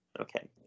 Okay